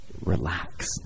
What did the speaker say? relax